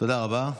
תודה רבה.